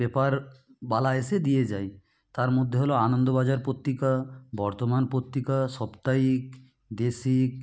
paper বালা এসে দিয়ে যায় তার মধ্যে হলো আনন্দবাজার পত্রিকা বর্তমান পত্রিকা সপ্তাহিক দেশীক